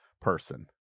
person